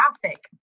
traffic